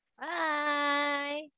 Bye